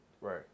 Right